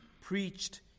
preached